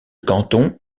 canton